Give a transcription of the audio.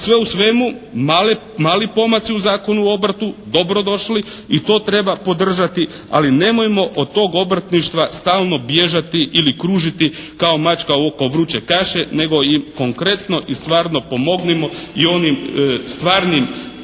Sve u svemu mali pomaci u Zakonu o obrtu dobro došli. I to treba podržati. Ali nemojmo od tog obrtništva stalno bježati ili kružiti kao mačka oko vruće kaše nego i konkretno i stvarno pomognimo i onim stvarnim